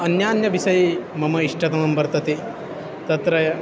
अन्यान्यविषये मम इष्टतमं वर्तते तत्र य